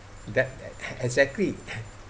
that exactly